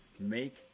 make